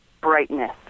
brightness